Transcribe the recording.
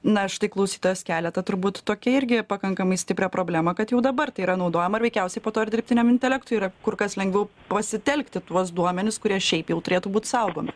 na štai klausytojas kelia tą turbūt tokią irgi pakankamai stiprią problemą kad jau dabar tai yra naudojama ir veikiausiai po to ir dirbtiniam intelektui yra kur kas lengviau pasitelkti tuos duomenis kurie šiaip jau turėtų būt saugomi